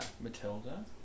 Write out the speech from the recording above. Matilda